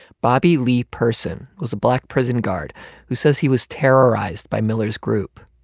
bobby lee person was a black prison guard who says he was terrorized by miller's group.